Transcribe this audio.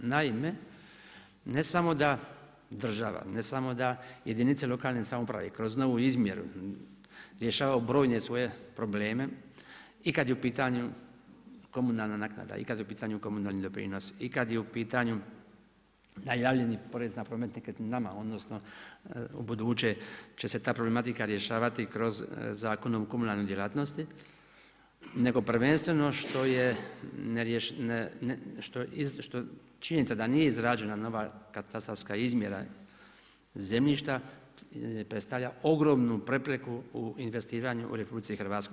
Naime, ne samo da država, ne samo da jedinice lokalne samouprave kroz novu izmjeru rješavaju brojne svoje probleme i kada je u pitanju komunalna naknada i kada je u pitanju komunalni doprinos i kada je u pitanju najavljeni porez na promet nekretninama odnosno ubuduće će se ta problematika rješavati kroz Zakon o komunalnoj djelatnosti, nego prvenstveno što je činjenica da nije izrađena nova katastarska izmjera zemljišta predstavlja ogromnu prepreku u investiranju u RH.